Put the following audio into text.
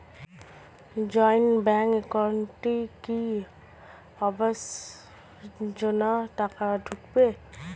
Joint bank একাউন্টে কি আবাস যোজনা টাকা ঢুকবে?